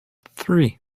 three